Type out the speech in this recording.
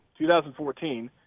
2014